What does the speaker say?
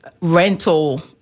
rental